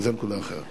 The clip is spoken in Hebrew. אז זו נקודה אחרת.